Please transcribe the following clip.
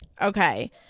Okay